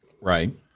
Right